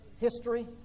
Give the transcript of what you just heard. history